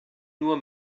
nur